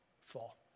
Fall